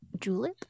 Julep